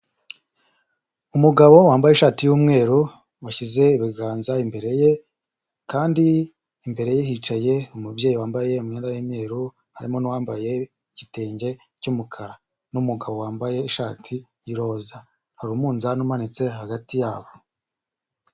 Umugabo wambaye ishati y'umweru washyize ibiganza imbere ye, kandi imbere ye hicaye umubyeyi wambaye imyenda y'umweruru harimo n'uwambaye igitenge cy'umukara n'umugabo wambaye ishati y'iroza. Hari umunzani umanitse hagati yabo.